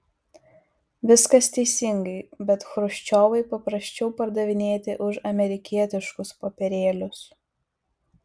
viskas teisingai bet chruščiovui paprasčiau pardavinėti už amerikietiškus popierėlius